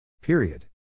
Period